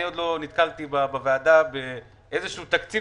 אני עוד לא נתקלתי בוועדה באיזשהו תקציב